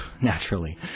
naturally